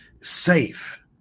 safe